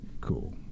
cool